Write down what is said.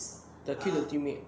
kill the teammates